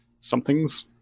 somethings